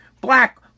black